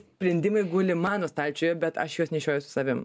sprendimai guli mano stalčiuje bet aš juos nešioju su savim